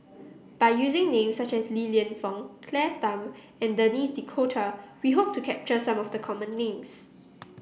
by using names such as Li Lienfung Claire Tham and Denis D'Cotta we hope to capture some of the common names